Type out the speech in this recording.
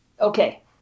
okay